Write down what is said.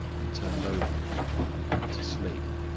and turned over and went to sleep.